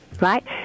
Right